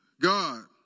God